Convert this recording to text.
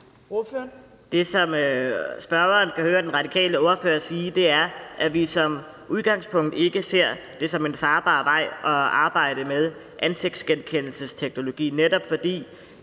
Det, som spørgeren kan høre den radikale ordfører sige, er, at vi som udgangspunkt ikke ser det som en farbar vej at arbejde med ansigtsgenkendelsesteknologi, netop fordi